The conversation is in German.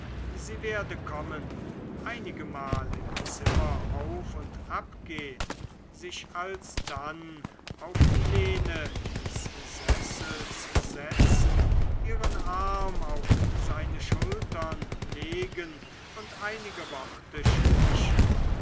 sie werde kommen einigemal im zimmer auf und ab gehn sich alsdann auf die lehne des sessels setzen ihren arm auf seine schultern legen und einige worte sprechen